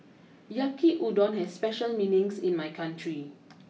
Yaki Udon has special meanings in my country